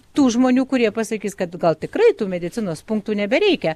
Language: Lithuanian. tų žmonių kurie pasakys kad gal tikrai tų medicinos punktų nebereikia